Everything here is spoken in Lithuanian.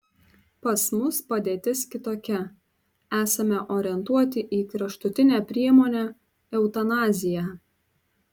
pas mus padėtis kitokia esame orientuoti į kraštutinę priemonę eutanaziją